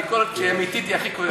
ביקורת כשהיא אמיתית היא הכי כואבת.